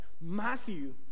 Matthew